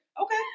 okay